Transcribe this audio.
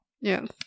Yes